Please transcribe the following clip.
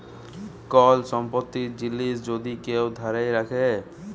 call সম্পত্তির জিলিস যদি কেউ ধ্যইরে রাখে